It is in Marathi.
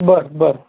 बरं बरं